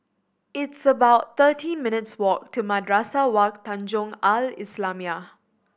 it's about thirteen minutes' walk to Madrasah Wak Tanjong Al Islamiah